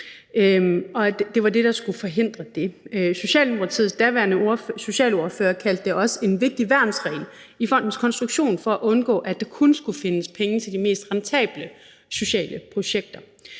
– det var det, der skulle forhindre det. Socialdemokratiets daværende socialordfører kaldte det også en vigtig værnsregel i fondens konstruktion for at undgå, at der kun skulle findes penge til de mest rentable sociale projekter.